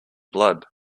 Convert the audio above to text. blood